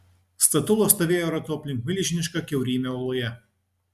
statulos stovėjo ratu aplink milžinišką kiaurymę uoloje